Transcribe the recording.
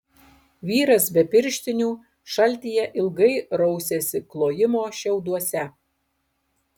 vyras be pirštinių šaltyje ilgai rausėsi klojimo šiauduose